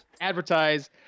advertise